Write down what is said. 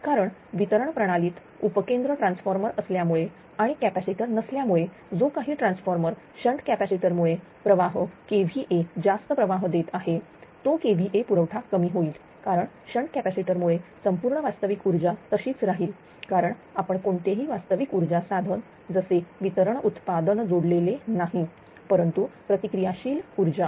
कारण वितरण प्रणालीत उपकेंद्र ट्रान्सफॉर्मर असल्यामुळे आणि कॅपॅसिटर नसल्यामुळे जो काही ट्रान्सफॉर्मर शंट कॅपॅसिटर मुळे प्रवाह kVA जास्त प्रवाह देत आहे तो kVA पुरवठा कमी होईल कारण शंट कॅपॅसिटर मुळे संपूर्ण वास्तविक ऊर्जा तशीच राहील कारण आपण कोणतेही वास्तविक ऊर्जा साधन जसे वितरण उत्पादन जोडलेले नाही परंतु प्रतिक्रिया शील ऊर्जा